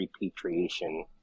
repatriation